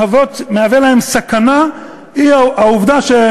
מהווה להם סכנה העובדה,